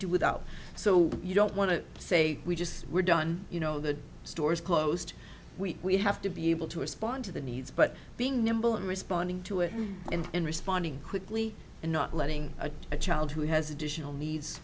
do without so you don't want to say we just we're done you know the stores closed we have to be able to respond to the needs but being nimble and responding to it and responding quickly and not letting a child who has additional needs